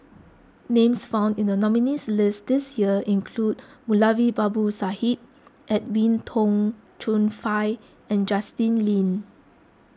names found in the nominees' list this year include Moulavi Babu Sahib Edwin Tong Chun Fai and Justin Lean